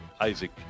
Isaac